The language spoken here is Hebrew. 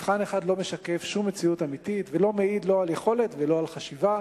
מבחן אחד לא משקף שום מציאות אמיתית ולא מעיד לא על יכולת ולא על חשיבה.